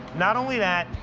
not only that.